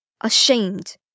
Ashamed